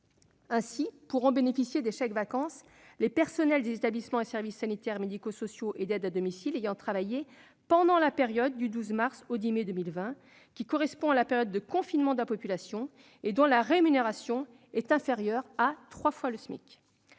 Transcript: ainsi bénéficier des chèques-vacances les personnels des établissements et services sanitaires, médico-sociaux et d'aide à domicile ayant travaillé pendant la période du 12 mars au 10 mai 2020, qui correspond à la période de confinement de la population, et dont la rémunération est inférieure à trois fois le SMIC.